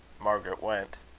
margaret went.